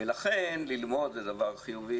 ללמוד זה דבר חיובי.